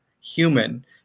human